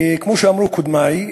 כמו שאמרו קודמי,